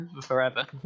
forever